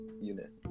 unit